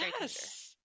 Yes